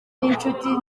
ninshuti